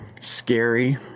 scary